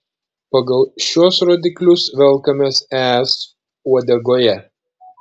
pagal šiuos rodiklius velkamės es uodegoje